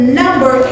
number